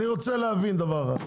אני רוצה להבין דבר אחד: